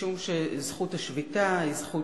משום שזכות השביתה היא זכות